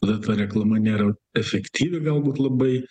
tada ta reklama nėra efektyvi galbūt labai